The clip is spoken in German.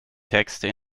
texte